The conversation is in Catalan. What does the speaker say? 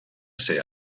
ser